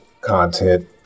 content